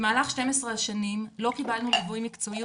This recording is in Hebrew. במהלך 12 השנים לא קיבלנו ליווי מקצועי או